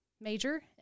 major